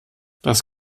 das